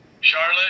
Charlotte